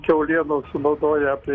kiaulienos sunaudoja apie